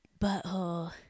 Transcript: butthole